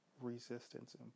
resistance